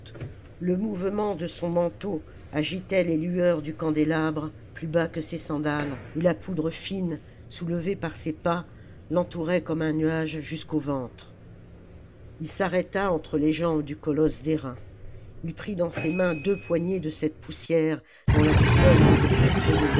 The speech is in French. le mouvement de son manteau agitait les lueurs du candélabre plus bas que ses sandales et la poudre fine soulevée par ses pas l'entourait comme un nuage jusqu'au ventre il s'arrêta entre les jambes du colosse d'airain il prit dans ses mains deux poignées de cette poussière dont la vue seule faisait frissonner